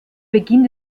beginn